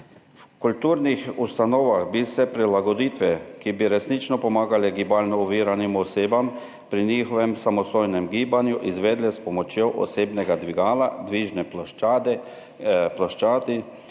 V kulturnih ustanovah bi se prilagoditve, ki bi resnično pomagale gibalno oviranim osebam pri njihovem samostojnem gibanju, izvedle s pomočjo osebnega dvigala, dvižne ploščadi,